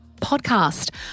podcast